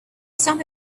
sun